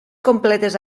completes